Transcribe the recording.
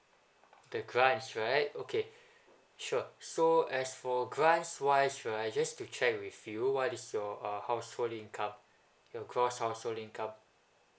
the grants right okay sure so as for grants wise sure just to check with you what is your uh household income your gross household income